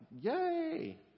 yay